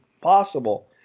possible